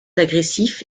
agressif